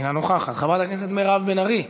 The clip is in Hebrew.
אינה נוכחת, חברת הכנסת מירב בן ארי,